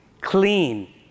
clean